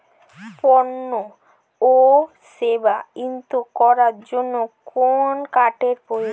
পণ্য ও সেবা ক্রয় করার জন্য কোন কার্ডের প্রয়োজন?